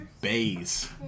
bays